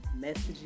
messages